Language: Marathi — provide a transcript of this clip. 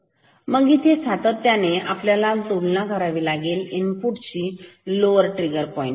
मग इथे सातत्याने आपल्याला तुलना करावी लागेल इनपुट ची लोवर ट्रिगर पॉईंट बरोबर